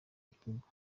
igihugu